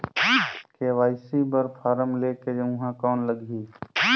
KYC बर form ले के ऊहां कौन लगही?